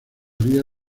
haría